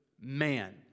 man